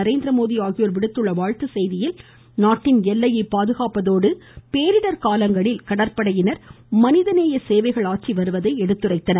நரேந்திரமோடி ஆகியோர் விடுத்துள்ள வாழ்த்துச்செய்தியில் நாட்டின் எல்லையை பாதுகாப்பதோடு பேரிடர் காலங்களில் கடற்படையினர் மனிதநேய சேவைகள் அற்றிவருவதை எடுத்துரைத்தனர்